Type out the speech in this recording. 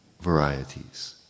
varieties